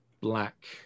black